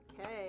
okay